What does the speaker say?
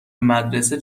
مدرسه